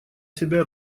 себя